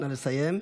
נא לסיים.